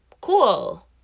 cool